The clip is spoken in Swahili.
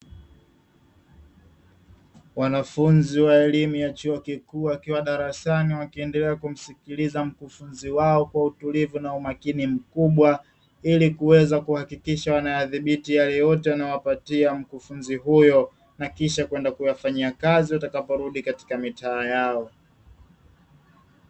Wanafunzi wa elimu ya chuo kikuu wakiwa darasani wakiendelea kumsikiliza mkufunzi wao kwa umakini na usikivu mkubwa, ili kuweza kuhakikisha wanayadhibiti yale yote anayowapatia mkufunzi huyo na kisha kwenda kutafanyia kazi wanaporudi katika mitaa yao.